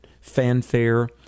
fanfare